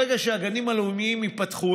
ברגע שהגנים הלאומיים ייפתחו,